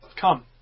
Come